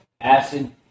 acid